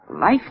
Life